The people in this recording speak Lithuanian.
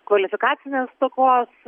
kvalifikacinės stokos